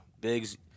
Biggs